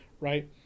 right